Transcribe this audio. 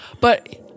but-